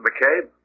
McCabe